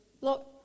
look